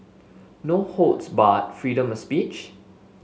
no holds barred freedom of speech